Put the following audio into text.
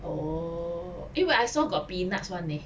oh eh but I saw got peanuts [one] eh